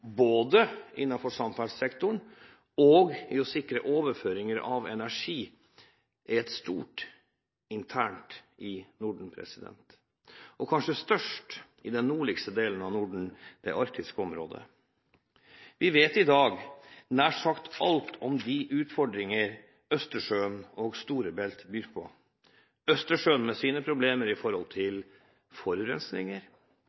både innenfor samferdselssektoren og med hensyn til å sikre overføring av energi, er stort internt i Norden – og kanskje størst i den nordligste delen av Norden: det arktiske området. Vi vet i dag nær sagt alt om de utfordringer Østersjøen og Storebælt byr på – Østersjøen med sine problemer